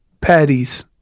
Patties